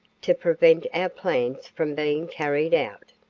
to prevent our plans from being carried out.